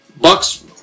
Bucks